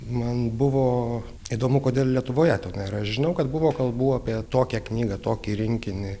man buvo įdomu kodėl lietuvoje to nėra ir žinau kad buvo kalbų apie tokią knygą tokį rinkinį